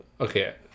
Okay